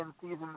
season